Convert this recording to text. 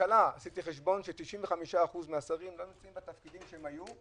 בממשלה כ-95% מהשרים לא נמצאים בתפקידים שהיו,